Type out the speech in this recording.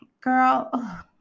girl